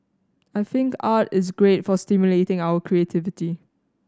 I think art is great for stimulating our creativity